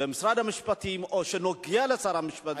במשרד המשפטים או שנוגע למשרד המשפטים,